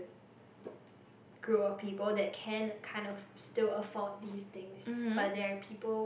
group of people that can like kind of still afford these things but there are people